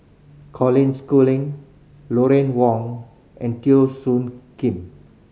Colin Schooling Lucien Wang and Teo Soon Kim